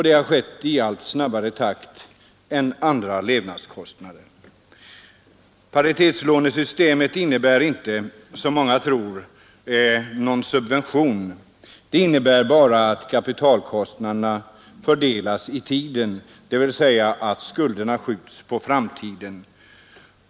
Det har skett i snabbare takt än ökningen av andra levnadskostnader. Nr 140 Paritetslånesystemet innebär inte, som många tror, någon subvention. Onsdagen den Det innebär bara att kapitalkostnaderna fördelas i tiden, dvs. att 13 december 1972 skulderna skjuts på framtiden.